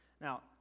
Now